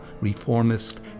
reformist